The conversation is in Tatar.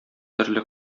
төрле